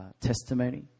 testimony